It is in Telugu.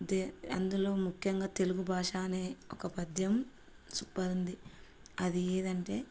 దే అందులో ముఖ్యంగా తెలుగు భాష అనే ఒక పద్యం సూపర్ ఉంది అది ఏదంటే